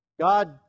God